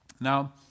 Now